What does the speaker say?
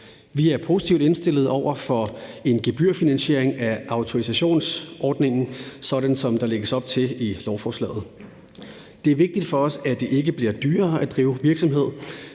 Vi positivt indstillet over for en gebyrfinansiering af autorisationsordningen, sådan som der lægges op til med lovforslaget. Det er vigtigt for os, at det ikke bliver dyrere at drive virksomhed,